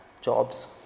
Jobs